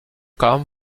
come